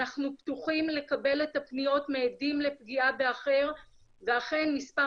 אנחנו פתוחים לקבל את הפניות מעדים לפגיעה באחר ואכן מספר